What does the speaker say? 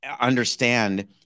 understand